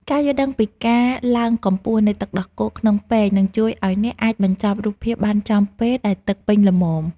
ការយល់ដឹងពីការឡើងកម្ពស់នៃទឹកដោះគោក្នុងពែង នឹងជួយឱ្យអ្នកអាចបញ្ចប់រូបភាពបានចំពេលដែលទឹកពេញល្មម។